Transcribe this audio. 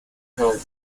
called